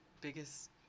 biggest